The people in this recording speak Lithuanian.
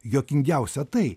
juokingiausia tai